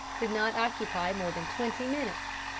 did not occupy more than twenty minutes.